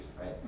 right